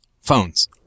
phones